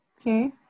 Okay